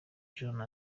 josee